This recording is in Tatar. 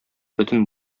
бөтен